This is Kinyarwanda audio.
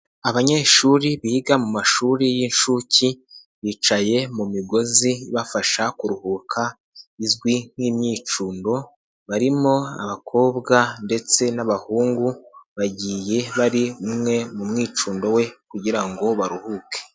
Abanyeshuri biga mu mashuri y'inshuke, bicaye mu migozi bafasha kuruhuka, izwi nk'imyicundo, barimo abakobwa ndetse n'abahungu, bagiye bari umwe mu mwicundo we kugira ngo baruhuke.